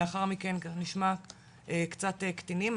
ולאחר מכן, גם נשמע קצת קטינים.